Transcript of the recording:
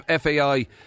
FAI